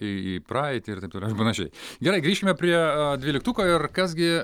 į į praeitį ir taip toliau ir panašiai gerai grįškime prie dvyliktuko ir kas gi